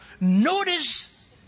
notice